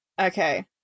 Okay